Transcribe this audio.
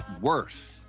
worth